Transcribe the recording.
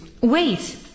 Wait